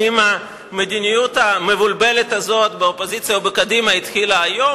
האם המדיניות המבולבלת הזאת באופוזיציה ובקדימה התחילה היום?